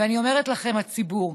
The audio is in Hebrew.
ואני אומרת לכם, הציבור,